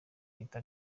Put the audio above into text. ahita